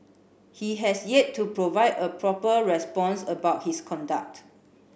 he has yet to provide a proper response about his conduct